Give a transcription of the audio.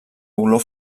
olor